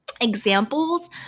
examples